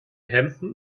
hemden